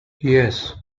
yes